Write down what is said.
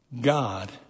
God